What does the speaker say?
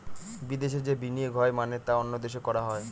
বিদেশে যে বিনিয়োগ হয় মানে তা অন্য দেশে করা হয়